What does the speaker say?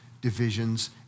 divisions